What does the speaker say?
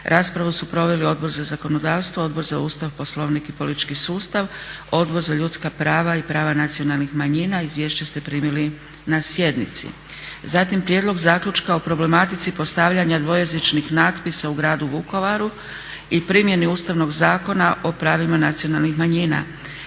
Raspravu su proveli Odbor za zakonodavstvo, Odbor za Ustav, Poslovnik i politički sustav, Odbor za ljudska prava i prava nacionalnih manjina. Izvješće ste primili na sjednici. Zatim: - Prijedlog zaključka o problematici postavljanja dvojezičnih natpisa u Gradu Vukovaru i primjeni Ustavnog zakona o pravima nacionalnih manjina.